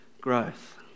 growth